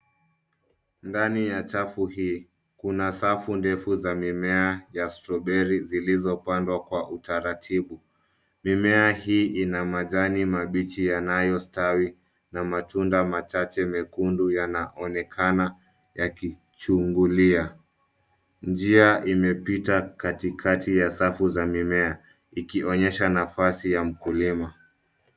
Ndani ya chafu hii kuna safu ndefu za mimea ya strawberry zilizopandwa kwa utaratibu. Mimea hii ina majani mabichi yanayostawi na matunda machache mekundu yanaonekana yakichungulia. Njia imepita katikati ya safu ya mimea ikionyesha nafasi ya mkulima.